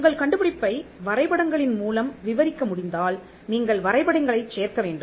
உங்கள் கண்டுபிடிப்பை வரைபடங்களின் மூலம் விவரிக்க முடிந்தால் நீங்கள் வரைபடங்களைச் சேர்க்க வேண்டும்